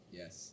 yes